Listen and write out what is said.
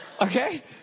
Okay